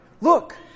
Look